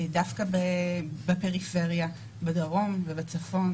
דווקא בפריפריה, בדרום ובצפון.